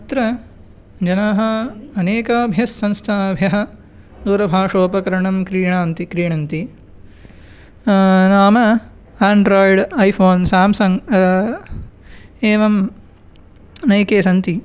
अत्र जनाः अनेकेभ्यः संस्थाभ्यः दूरभाषोपकरणं क्रीणन्ति क्रीणन्ति नाम आण्ड्रोयड् ऐ फोन् स्याम्सङ्ग् एवं नैके सन्ति